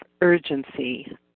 urgency